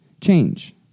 change